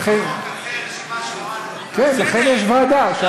לכן יש ועדה.